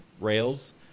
rails